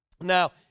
Now